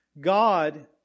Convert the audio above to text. God